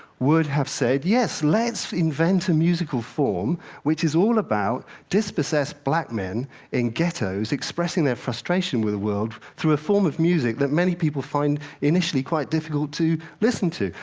would have said, yes, let's invent a musical form which is all about dispossessed black men in ghettos expressing their frustration with the world through a form of music that many people find initially quite difficult to listen to.